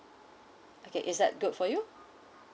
okay is that good for you